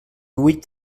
huit